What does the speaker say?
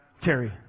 Terry